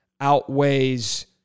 outweighs